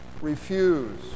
refuse